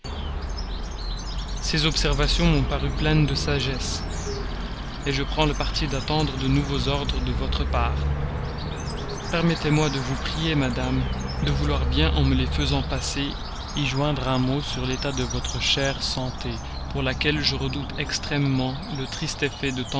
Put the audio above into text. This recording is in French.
ces observations m'ont paru pleines de sagesse je prends le parti d'attendre de nouveaux ordres de votre part permettez-moi de vous prier madame de vouloir bien en me les faisant passer y joindre un mot sur l'état de votre chère santé pour laquelle je redoute extrêmement le triste effet de